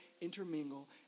intermingle